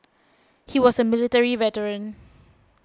he was a military veteran